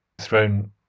thrown